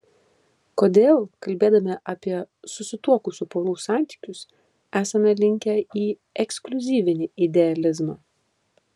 kodėl kalbėdami apie susituokusių porų santykius esame linkę į ekskliuzyvinį idealizmą